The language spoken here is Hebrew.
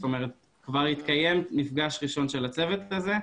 זאת אומרת כבר התקיים מפגש ראשון של צוות כזו.